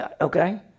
Okay